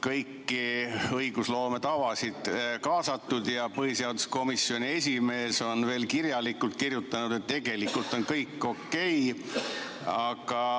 kõiki hea õigusloome tavasid arvestatud, ent põhiseaduskomisjoni esimees on veel kirjalikult kinnitanud, et tegelikult on kõik okei,